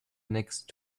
next